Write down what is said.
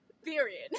Period